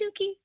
Dookie